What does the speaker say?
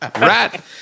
Rat